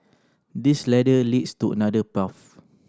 this ladder leads to another path